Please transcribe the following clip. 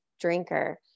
drinker